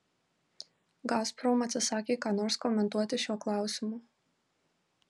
gazprom atsisakė ką nors komentuoti šiuo klausimu